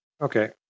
Okay